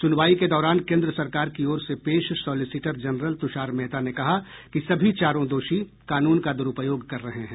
सुनवाई के दौरान केंद्र सरकार की ओर से पेश सॉलिसिटर जनरल तुषार मेहता ने कहा कि सभी चारों दोषी कानून का दुरूपयोग कर रहे हैं